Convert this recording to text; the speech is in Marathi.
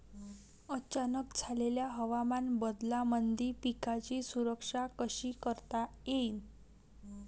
अचानक झालेल्या हवामान बदलामंदी पिकाची सुरक्षा कशी करता येईन?